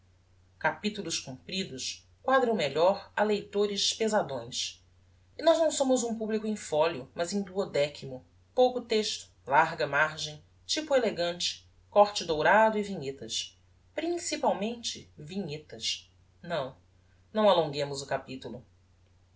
capitulos compridos quadram melhor a leitores pesadões e nós não somos um publico in folio mas in pouco texto larga margem typo elegante corte dourado e vinhetas principalmente vinhetas não não alonguemos o capitulo